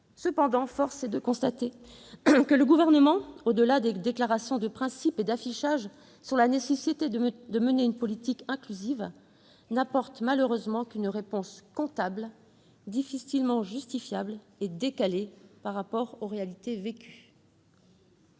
Cependant, force est de constater que le Gouvernement, au-delà des déclarations de principe et d'affichage sur la nécessité de mener une politique inclusive, n'apporte malheureusement qu'une réponse comptable, difficilement justifiable et décalée par rapport aux réalités vécues.